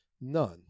None